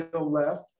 left